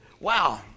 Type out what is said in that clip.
Wow